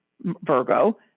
Virgo